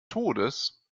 todes